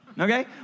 Okay